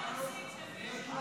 הכריזו על אירוסין של מישהו.